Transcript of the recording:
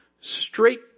straight